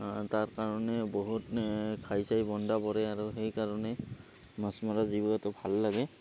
তাৰ কাৰণে বহুত খাই চাই বন্ধা পৰে আৰু সেইকাৰণে মাছ মৰা জীৱিকাটো ভাল লাগে